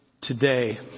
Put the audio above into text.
Today